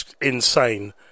insane